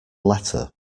letter